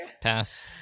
Pass